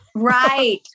Right